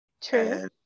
true